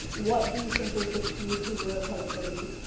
what do you think is the key to your productivity?